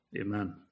Amen